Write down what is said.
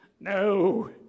No